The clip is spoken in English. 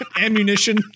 ammunition